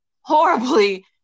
horribly